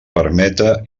permeta